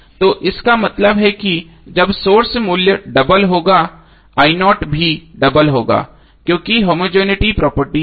तो इसका मतलब है कि जब सोर्स मूल्य डबल होगा भी डबल होगा क्योंकि होमोजेनििटी प्रॉपर्टी है